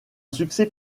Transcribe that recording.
succès